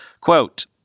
Quote